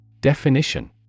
Definition